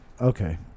okay